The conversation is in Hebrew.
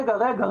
רגע.